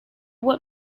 what